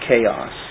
chaos